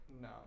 No